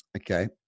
okay